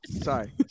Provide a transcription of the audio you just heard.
sorry